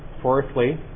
Fourthly